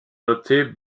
noter